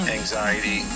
anxiety